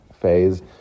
phase